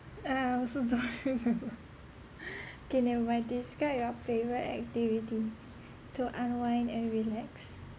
I I also don't remember okay never mind describe your favourite activity to unwind and relax